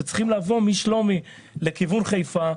שצריכים לבוא משלומי לכיוון חיפה,